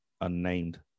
unnamed